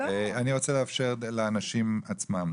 אני רוצה לאפשר לאנשים עצמם.